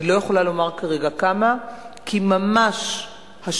אני לא יכולה לומר כרגע כמה, כי ממש השבוע,